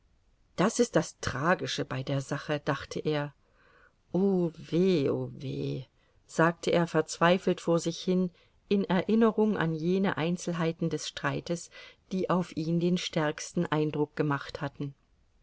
das ist das tragische bei der sache dachte er o weh o weh sagte er verzweifelt vor sich hin in erinnerung an jene einzelheiten des streites die auf ihn den stärksten eindruck gemacht hatten